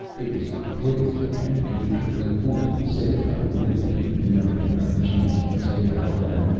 it was crazy, and pietro was a fool to insist. but i knew that he'd never get another chance if this failed, and.